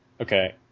Okay